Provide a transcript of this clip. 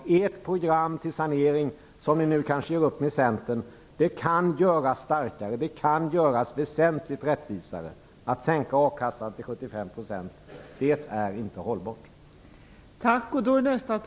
Det program till sanering som ni nu kanske gör upp med Centern kan göras starkare; det kan göras väsentligt rättvisare. Att sänka a-kassan till 75 % är inte hållbart!